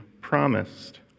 promised